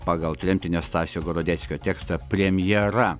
pagal tremtinio stasio gorodeckio tekstą premjera